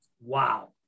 wow